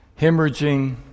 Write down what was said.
hemorrhaging